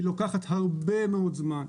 לוקחת הרבה מאוד זמן,